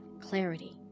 clarity